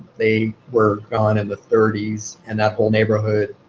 they were gone in the thirty s and that whole neighborhood.